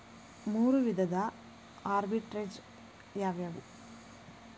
ಮೂರು ವಿಧದ ಆರ್ಬಿಟ್ರೆಜ್ ಯಾವವ್ಯಾವು?